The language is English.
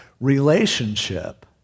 relationship